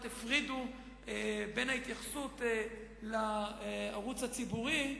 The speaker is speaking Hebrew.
הפרידו בין ההתייחסות לערוץ הציבורי,